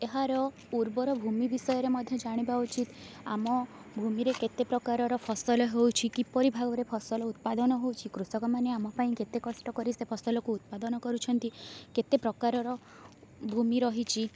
ଏହାର ଉର୍ବର ଭୂମି ବିଷୟରେ ମଧ୍ୟ ଜାଣିବା ଉଚିତ ଆମ ଭୂମିରେ କେତେ ପ୍ରକାରର ଫସଲ ହେଉଛି କିପରି ଭାବରେ ଫସଲ ଉତ୍ପାଦନ ହେଉଛି କୃଷକ ମାନେ ଆମ ପାଇଁ କେତେ କଷ୍ଟ କରି ଫସଲ କୁ ଉତ୍ପାଦନ କରୁଛନ୍ତି କେତେ ପ୍ରକାରର ଭୂମି ରହିଛି